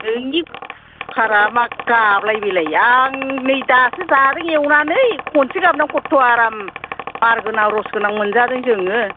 नोंनि खुखारआ मा गाबलायै बेलाय आं नै दासो जादों एवनानै खनसे गाबनायावनो खर्थ' आराम मार गोनां रस गोनां मोनजादों जोङो